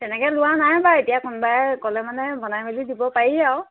তেনেকে লোৱা নাই বাৰু এতিয়া কোনোবাই ক'লে মানে বনাই মেলি দিব পাৰি আৰু